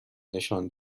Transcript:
نشان